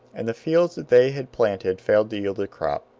and the fields that they had planted failed to yield a crop.